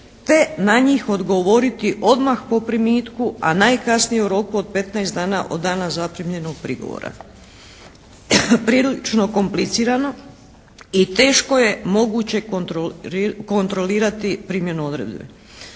te na njih odgovoriti odmah po primitku, a najkasnije u roku od 15 dana od dana zaprimljenog prigovora. Prilično komplicirano i teško je moguće kontrolirati primjenu odredbe.